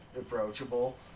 approachable